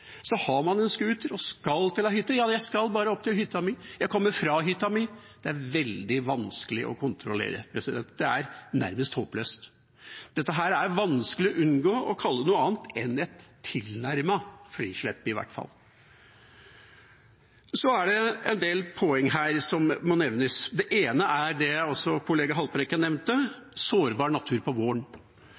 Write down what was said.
Har man en scooter og skal til en hytte: – Jeg skal bare opp til hytta mi, jeg kommer fra hytta mi. Det er veldig vanskelig å kontrollere. Det er nærmest håpløst. Det er vanskelig å unngå å kalle dette noe annet enn et tilnærmet frislepp i hvert fall. Så er det en del poeng her som må nevnes. Det ene er det også kollega Haltbrekken nevnte – sårbar natur om våren.